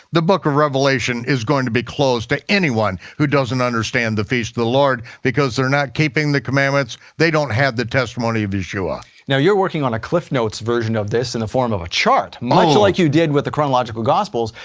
the book of revelation is going to be closed to anyone who doesn't understand the feast of the lord, because they're not keeping the commandments, they don't have the testimony of yeshua. now, you're working on a cliff notes version of this, in the form of a chart, much like you did with the chronological gospels,